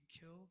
killed